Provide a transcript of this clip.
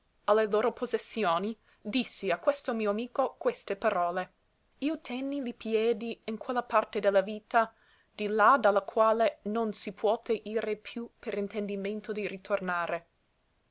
le loro possessioni dissi a questo mio amico queste parole io tenni li piedi in quella parte de la vita di là da la quale non si puote ire più per intendimento di ritornare